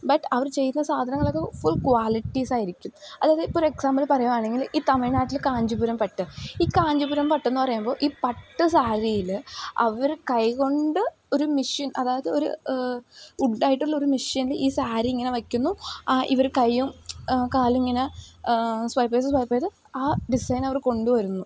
but അവർ ചെയ്യുന്ന സാധനങ്ങളൊക്കെ ഫുൾ ക്വാളിറ്റീസായിരിക്കും അതായത് ഇപ്പോൾ ഒരെക്സാമ്പിൾ പറയുകയാണെങ്കിൽ ഈ തമിഴ്നാട്ടിൽ കാഞ്ചീപുരം പട്ട് ഈ കാഞ്ചിപുരം പട്ടെന്നു പറയുമ്പോൾ ഈ പട്ട് സാരിയിൽ അവർ കൈ കൊണ്ട് ഒരു മഷീൻ അതായത് ഒരു വുഡ്ഡായിട്ടുള്ളൊരു മഷീനിൽ ഈ സാരി ഇങ്ങനെ വെയ്ക്കുന്നു ആ ഇവർ കയ്യും കാലിങ്ങനെ സ്വയ്പ് ചെയ്ത് സ്വയ്പ് ചെയ്ത് ആ ഡിസൈനവർ കൊണ്ടു വരുന്നു